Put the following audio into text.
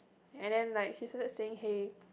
and then like she started saying hey